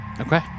Okay